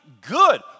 Good